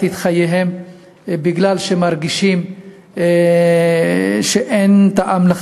את חייהם כי הם מרגישים שאין להם טעם.